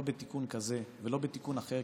לא בתיקון כזה ולא בתיקון אחר,